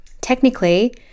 Technically